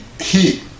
heat